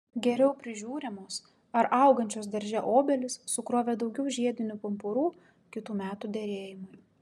geriau prižiūrimos ar augančios darže obelys sukrovė daugiau žiedinių pumpurų kitų metų derėjimui